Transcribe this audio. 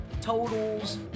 totals